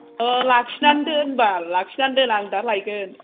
ओ लाखिनानै दोन बाल लाखिनानै दोन आं दा लायगोन